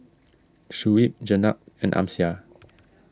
Shuib Jenab and Amsyar